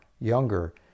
younger